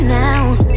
now